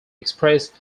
express